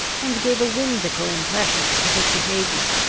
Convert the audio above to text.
and gave a whimsical impression to his behaviour.